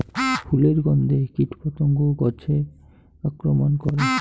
ফুলের গণ্ধে কীটপতঙ্গ গাছে আক্রমণ করে?